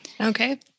Okay